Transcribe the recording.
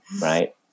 right